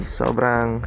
sobrang